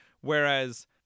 Whereas